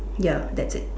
ya that's it